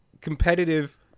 competitive